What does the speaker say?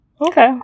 Okay